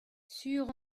sur